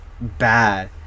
bad